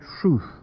truth